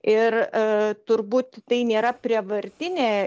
ir turbūt tai nėra prievartinė